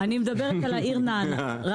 אני מדברת על העיר רעננה.